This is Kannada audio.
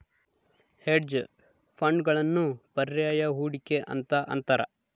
ಹೆಡ್ಜ್ ಫಂಡ್ಗಳನ್ನು ಪರ್ಯಾಯ ಹೂಡಿಕೆ ಅಂತ ಅಂತಾರ